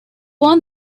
won